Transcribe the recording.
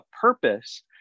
purpose